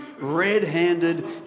red-handed